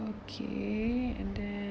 okay and then